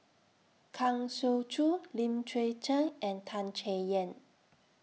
Kang Siong Joo Lim Chwee Chian and Tan Chay Yan